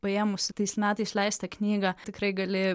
paėmusi tais metais leistą knygą tikrai gali